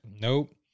Nope